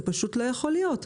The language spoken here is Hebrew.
זה פשוט לא יכול להיות.